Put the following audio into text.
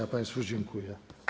A państwu dziękuję.